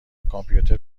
کامپیوتر